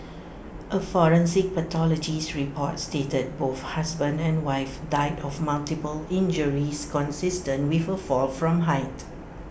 A forensic pathologist's report stated both husband and wife died of multiple injuries consistent with A fall from height